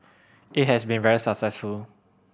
it has been very successful